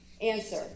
Answer